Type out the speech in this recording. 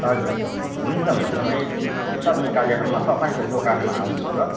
हजुर हुन्छ हुन्छ म एक दिन फुर्सद निकालेर म तपाईँको दोकानमा आउँछु ल